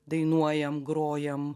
dainuojame grojame